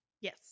Yes